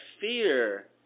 fear